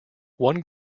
one